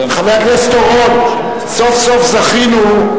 חבר הכנסת אורון, סוף-סוף זכינו,